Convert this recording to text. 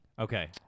Okay